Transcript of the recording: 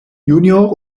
junior